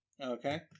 Okay